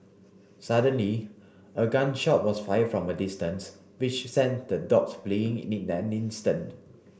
suddenly a gun shot was fired from a distance which sent the dogs fleeing in an instant